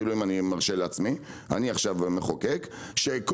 אם אני מרשה לעצמי ושם את עצמי כמחוקק אז בואו נחוקק חוק